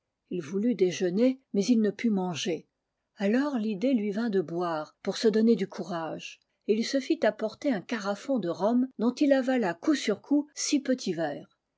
ii voulut déjeuner mais il ne put manger alors l'idée lui vint de boire pour se donner du courage et il se fit apporter un carafon de rhum dont il avala coup sur coup six petits verres